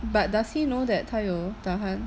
but does he know that 他有打鼾